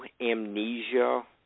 amnesia